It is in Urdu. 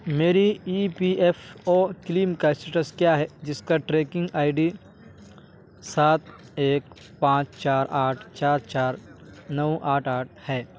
میری E P F O claim کا اسٹیٹس کیا ہے جس کا ٹریکنگ آئی ڈی سات ایک پانچ چار آٹھ چار چار نو آٹھ آٹھ ہے